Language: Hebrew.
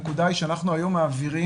הנקודה היא שהיום אנחנו מעבירים,